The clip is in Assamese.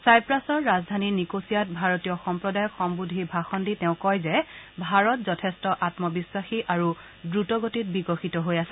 ছাইপ্ৰাছৰ ৰাজধানী নিকোছিয়াত ভাৰতীয় সম্প্ৰদায়ক সম্বোধি ভাষণ দি তেওঁ কয় যে ভাৰত যথেষ্ট আম্মবিখাসী আৰু দ্ৰুতগতিত বিকাশ হৈ আছে